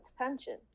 attention